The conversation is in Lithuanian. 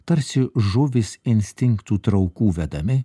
tarsi žuvys instinktų traukų vedami